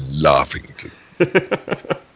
laughing